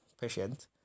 patient